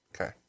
Okay